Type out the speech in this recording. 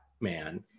man